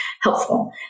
helpful